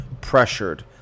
pressured